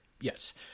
Yes